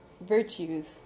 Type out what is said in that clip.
virtues